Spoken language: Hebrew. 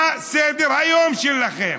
מה סדר-היום שלכם.